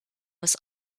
was